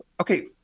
okay